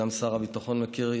גם שר הביטחון מכיר,